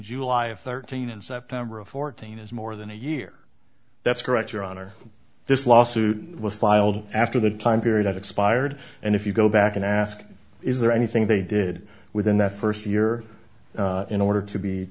july of thirteen and september of fourteen is more than a year that's correct your honor this lawsuit was filed after the time period expired and if you go back and ask is there anything they did within that first year in order to be